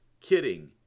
kidding